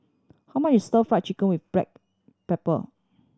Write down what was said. how much is Stir Fried Chicken with black pepper